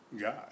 God